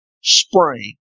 spring